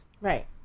Right